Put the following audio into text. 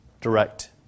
direct